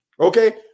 okay